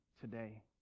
today